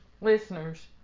listeners